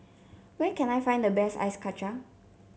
where can I find the best Ice Kachang